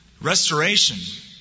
restoration